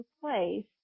place